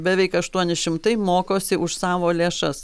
beveik aštuoni šimtai mokosi už savo lėšas